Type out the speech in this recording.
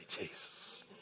Jesus